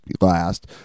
last